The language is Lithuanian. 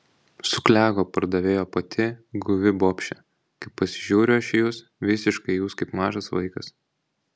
suklego pardavėjo pati guvi bobšė kai pasižiūriu aš į jus visiškai jūs kaip mažas vaikas